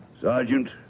Sergeant